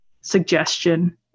suggestion